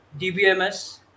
dbms